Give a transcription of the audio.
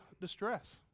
distress